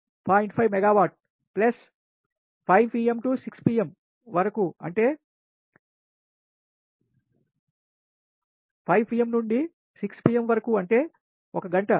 5 megawatt plus 5 pm to 6 pm వరకు అంటే 1 గంట మరియు లోడ్ 0